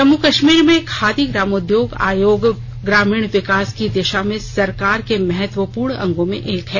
जम्मू कश्मीर में खादी ग्रामोद्योग आयोग ग्रामीण विकास की दिशा में सरकार के महत्वपूर्ण अंगों में एक है